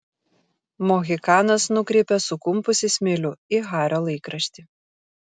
mohikanas nukreipė sukumpusį smilių į hario laikraštį